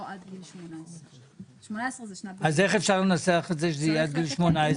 לא עד גיל 18. אז איך אפשר לנסח את זה שזה יהיה עד גיל 18?